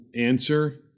answer